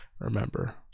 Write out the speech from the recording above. remember